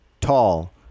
tall